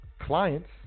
clients